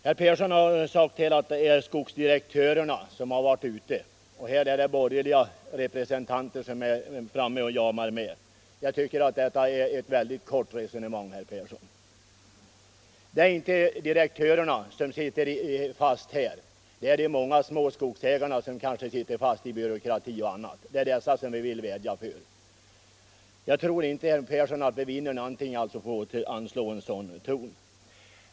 Herr Persson ansåg att det är skogsdirektörerna som har motsatt sig förslaget och att borgerliga representanter har jamat med. Jag tycker det är ett väldigt kortsynt resonemang. Det är inte direktörerna utan de många små skogsägarna som sitter fast i byråkratin och det är för dem vi vädjar. Jag tror inte att herr Persson vinner något på att anslå en sådan ton.